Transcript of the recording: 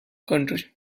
country